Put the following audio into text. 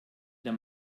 der